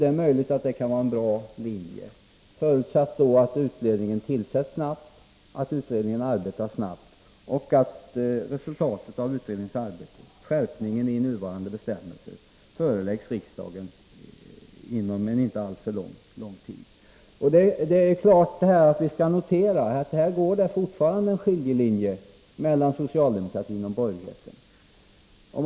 Det är möjligt att det är en bra linje, förutsatt att utredningen tillsätts snabbt, att den arbetar snabbt och att resultatet av utredningens arbete — förslag om skärpning av nuvarande bestämmelser — föreläggs riksdagen inom en inte alltför lång tid. Vi skall notera att en skiljelinje fortfarande går här mellan socialdemokratin och borgerligheten.